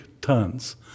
tons